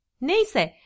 Neyse